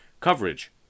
Coverage